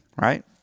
right